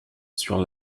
sur